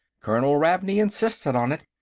colonel ravney insisted on it.